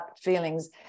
feelings